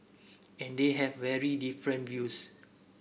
and they have very different views